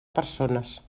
persones